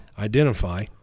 identify